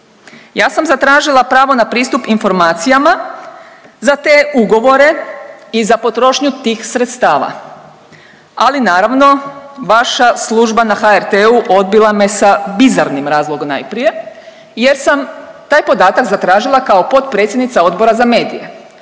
Ja sam zatražila pravo na pristup informacijama za te ugovore i za potrošnju tih sredstava, ali naravno vaša služba na HRT-u odbila me sa bizarnim razlogom najprije jer sam taj podatak zatražila kao potpredsjednica Odbora za medije,